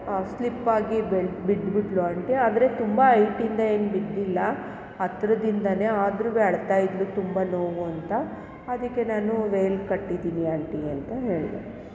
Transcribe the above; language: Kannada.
ಆಗ ಸ್ಲಿಪ್ಪಾಗಿ ಬಿದ್ದು ಬಿದ್ದು ಬಿಟ್ಟಳು ಆಂಟಿ ಆದರೆ ತುಂಬ ಹೈಟಿಂದ ಏನು ಬಿದ್ದಿಲ್ಲ ಹತ್ರದಿಂದಲೇ ಆದರೂವೆ ಅಳ್ತಾ ಇದ್ದಳು ತುಂಬ ನೋವು ಅಂತ ಅದಕ್ಕೆ ನಾನೂ ವೇಲ್ ಕಟ್ಟಿದ್ದೀನಿ ಅಂಟಿ ಅಂತ ಹೇಳಿದೆ